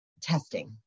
testing